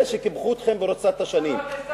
זה שקיפחו אתכם במרוצת השנים.